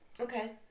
Okay